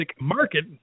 market